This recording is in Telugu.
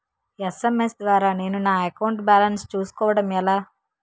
ఎస్.ఎం.ఎస్ ద్వారా నేను నా అకౌంట్ బాలన్స్ చూసుకోవడం ఎలా?